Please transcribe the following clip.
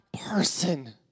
person